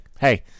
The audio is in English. hey